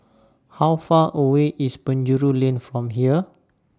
How Far away IS Penjuru Lane from here